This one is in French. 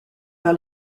par